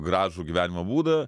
gražų gyvenimo būdą